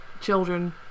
children